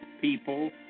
people